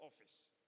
office